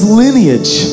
lineage